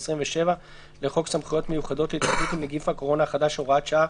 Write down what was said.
ו-27 לחוק סמכויות מיוחדות להתמודדות עם נגיף הקורונה החדש (הוראת שעה),